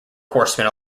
horsemen